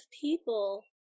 people